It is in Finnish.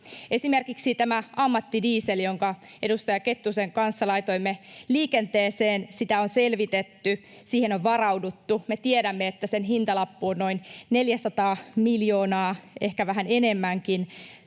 Esimerkiksi tätä ammattidieseliä, jonka edustaja Kettusen kanssa laitoimme liikenteeseen, on selvitetty, siihen on varauduttu. Me tiedämme, että sen hintalappu noin 400 miljoonaa, ehkä vähän enemmänkin.